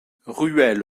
ruelle